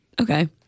Okay